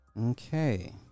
Okay